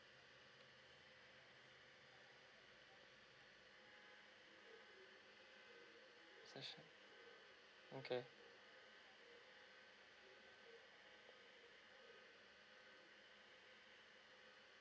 okay